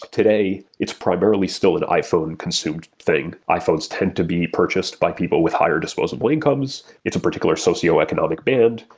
today, it's primarily still an iphone consumed thing. iphones tend to be purchased by people with higher disposable incomes. it's a particular socioeconomic socioeconomic band.